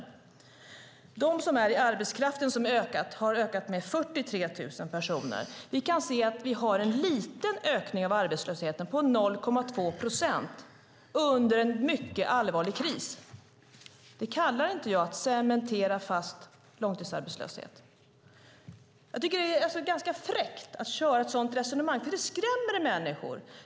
Antalet personer i arbetskraften har ökat med 43 000. Vi kan se att vi har en liten ökning av arbetslösheten på 0,2 procent under en mycket allvarlig kris. Det kallar jag inte att cementera fast långtidsarbetslöshet. Jag tycker att det är ganska fräckt att köra med ett sådant resonemang eftersom det skrämmer människor.